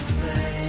say